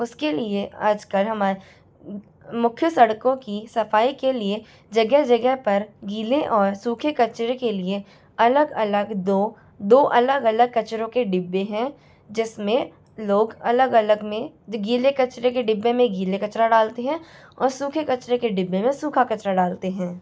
उसके लिए आजकल हमार मुख्य सड़कों की सफाई के लिए जगह जगह पर गीले और सूखे कचरे के लिए अलग अलग दो दो अलग अलग कचरों के डिब्बे हैं जिसमें लोग अलग अलग में गीले कचरे के डिब्बे में गीले कचरा डालते हैं और सूखे कचरे के डिब्बे में सूखा कचरा डालते हैं